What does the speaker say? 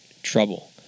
trouble